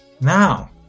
Now